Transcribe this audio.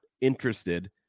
interested